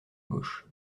gauche